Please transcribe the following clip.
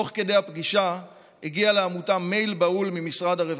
תוך כדי הפגישה הגיע לעמותה מייל בהול ממשרד הרווחה: